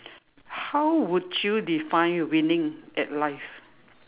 how would you define winning at life